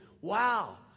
Wow